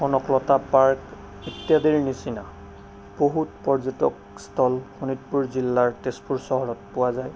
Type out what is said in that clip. Kanaklata park ইত্যাদিৰ নিচিনা বহুত পৰ্যটক ইস্থল শোনিতপুৰ জিলাৰ তেজপুৰ চহৰত পোৱা যায়